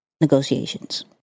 negotiations